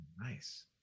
nice